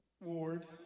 Ward